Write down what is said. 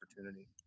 opportunity